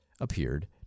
appeared